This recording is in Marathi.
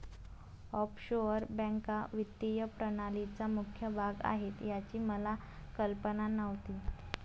ऑफशोअर बँका वित्तीय प्रणालीचा मुख्य भाग आहेत याची मला कल्पना नव्हती